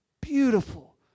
Beautiful